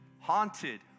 Haunted